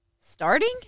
Starting